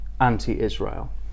anti-Israel